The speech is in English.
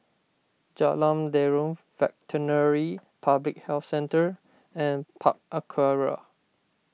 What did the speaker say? Jalan Derum Veterinary Public Health Centre and Park Aquaria